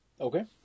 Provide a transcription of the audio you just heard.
Okay